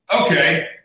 Okay